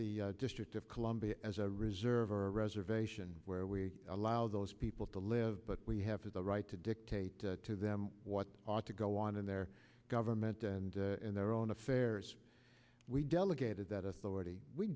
the district of columbia as a reserve reservation where we allow those people to live but we have the right to dictate to them what ought to go on in their government and in their own affairs we delegated that authority we